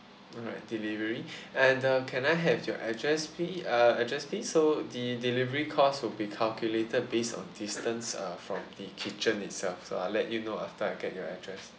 alright delivery and uh can I have your address ple~ uh address please so the delivery cost will be calculated based on distance uh from the kitchen itself so I'll let you know after I get your address